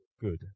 good